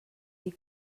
dir